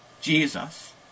Jesus